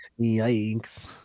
Yikes